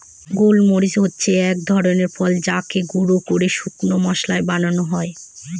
গোল মরিচ হচ্ছে এক ধরনের ফল যাকে গুঁড়া করে শুকনো মশলা বানানো হয়